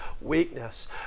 weakness